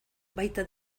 baita